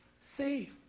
See